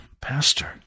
Pastor